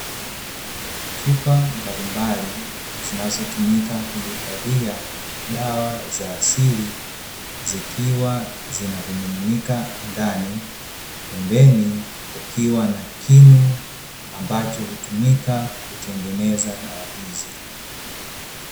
Chupa mbalimbali zinazotumika kuhifadhia dawa za asili zikiwa zina vimiminika ndani, pembeni kukiwa na kuni ambacho hutumika kutengeneza dawa hizi.